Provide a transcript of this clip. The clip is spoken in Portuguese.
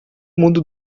mundo